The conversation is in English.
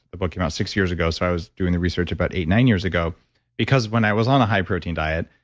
the book came out six years ago. so i was doing the research about eight, nine years ago because when i was on a high protein diet,